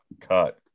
cut